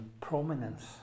prominence